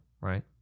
right